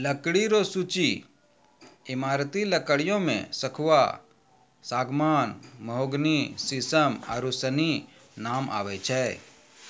लकड़ी रो सूची ईमारती लकड़ियो मे सखूआ, सागमान, मोहगनी, सिसम आरू सनी नाम आबै छै